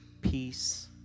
peace